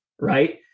right